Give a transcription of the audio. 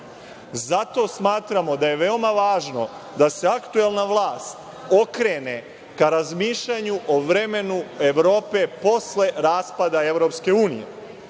Zato smatramo da je veoma važno da se aktuelna vlast okrene ka razmišljanju o vremenu Evrope posle raspada